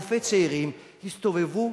אלפי צעירים הסתובבו,